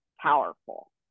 powerful